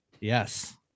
Yes